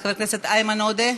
חבר הכנסת איימן עודה,